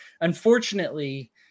unfortunately